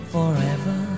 Forever